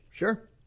Sure